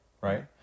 right